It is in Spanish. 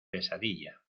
pesadilla